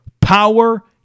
power